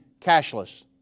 cashless